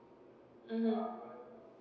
mmhmm